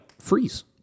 freeze